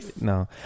no